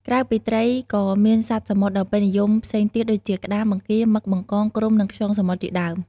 ក្រៅពីត្រី ក៏មានសត្វសមុទ្រដ៏ពេញនិយមផ្សេងទៀតដូចជា ក្តាម បង្គា មឹក បង្កង គ្រំ និងខ្យងសមុទ្រជាដើម។